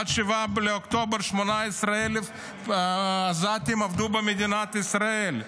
עד 7 באוקטובר 17,000 עזתים עבדו במדינת ישראל,